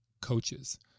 coaches